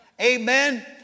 Amen